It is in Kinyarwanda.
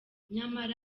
nyamara